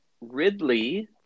ridley